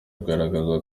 kugaragaza